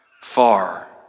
far